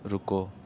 رکو